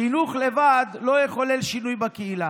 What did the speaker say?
חינוך לבד לא יחולל שינוי בקהילה,